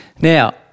Now